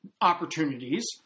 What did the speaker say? Opportunities